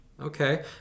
Okay